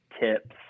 tips